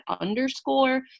underscore